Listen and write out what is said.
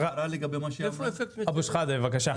בבקשה.